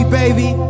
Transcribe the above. baby